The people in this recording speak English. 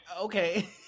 Okay